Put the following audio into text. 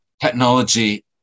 technology